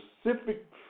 specific